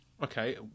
Okay